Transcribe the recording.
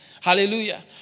hallelujah